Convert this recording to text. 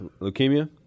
Leukemia